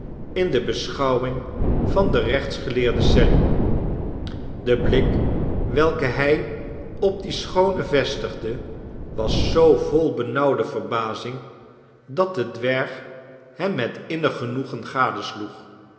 in de beschouwing van de rechtsgeleerde sally de blik welken hij op die schoone vestigde was zoo vol benauwde verbazing dat de dwerg hem met innig genoegen